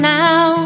now